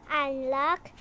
unlock